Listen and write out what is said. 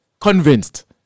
Convinced